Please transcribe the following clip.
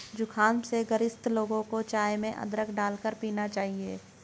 जुखाम से ग्रसित लोगों को चाय में अदरक डालकर पीना चाहिए